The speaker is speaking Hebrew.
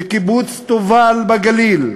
מקיבוץ תובל בגליל,